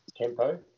tempo